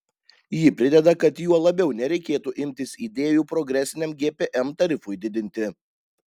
ji prideda kad juo labiau nereikėtų imtis idėjų progresiniam gpm tarifui didinti